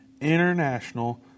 international